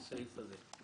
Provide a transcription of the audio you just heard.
הערות לסעיף הזה.